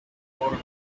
four